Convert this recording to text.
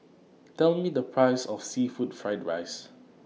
Tell Me The Price of Seafood Fried Rice